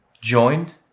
joined